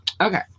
okay